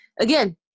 Again